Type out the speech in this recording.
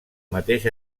mateix